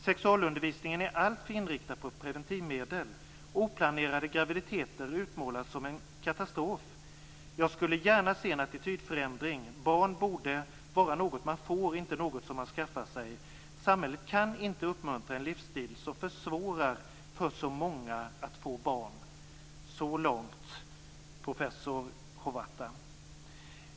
Sexualundervisningen är alltför inriktad på preventivmedel. Oplanerade graviditeter utmålas som en katastrof. Jag skulle gärna se en attitydförändring. Barn borde vara något man får, inte något man skaffar sig. Samhället kan inte uppmuntra en livsstil som försvårar för så många att få barn. Så långt professor Hovatta.